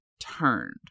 turned